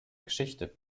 geschichte